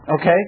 Okay